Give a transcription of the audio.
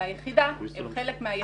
ליחידה, הם חלק מהיחידה.